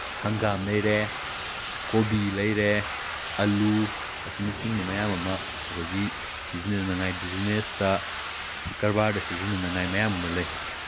ꯍꯪꯒꯥꯝ ꯂꯩꯔꯦ ꯀꯣꯕꯤ ꯂꯩꯔꯦ ꯑꯂꯨ ꯑꯁꯤꯅꯆꯤꯡꯕ ꯃꯌꯥꯝ ꯑꯃ ꯑꯩꯈꯣꯏꯒꯤ ꯁꯤꯖꯤꯟꯅꯅꯤꯡꯉꯥꯏ ꯕꯤꯖꯤꯅꯦꯁꯇ ꯀꯔꯕꯥꯔꯗ ꯁꯤꯖꯤꯟꯅꯅꯤꯡꯉꯥꯏ ꯃꯌꯥꯝ ꯑꯃ ꯂꯩ